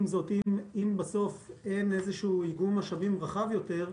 אם בסוף אין איגום משאבים רחב יותר,